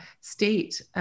state